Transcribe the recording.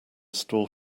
store